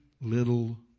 little